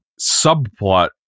subplot